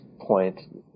point